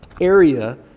area